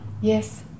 Yes